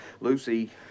Lucy